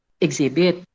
exhibit